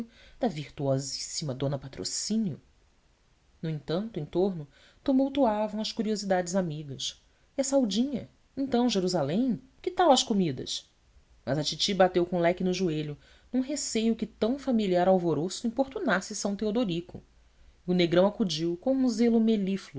da virtuosíssima dona patrocínio no entanto em torno tumultuavam as curiosidades amigas e a saudinha então jerusalém que tal as comidas mas a titi bateu com o leque no joelho num receio que tão familiar alvoroço importunasse são teodorico e o negrão acudiu com um zelo